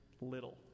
little